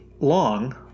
long